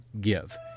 Give